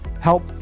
help